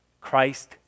Christ